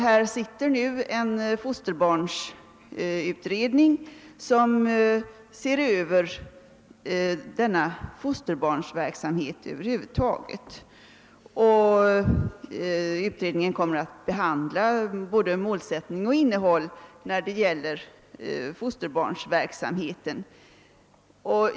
Här sitter nu en fosterbarnsutredning som ser över fosterbarnsverksamheten över huvud taget, och den kommer att behandla både dess målsättning och dess innehåll.